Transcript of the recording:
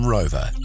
Rover